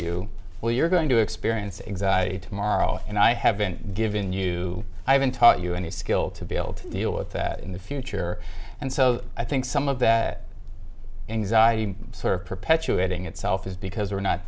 you well you're going to experience it tomorrow and i haven't given you i haven't taught you any skill to be able to deal with that in the future and so i think some of that anxiety sort of perpetuating itself is because we're not